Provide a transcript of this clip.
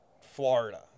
Florida